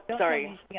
sorry